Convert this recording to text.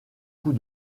coup